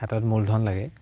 হাতত মূলধন লাগে